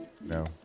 No